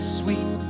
sweet